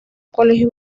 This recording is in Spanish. colegio